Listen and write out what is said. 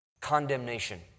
Condemnation